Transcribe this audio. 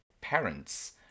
parents